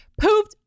pooped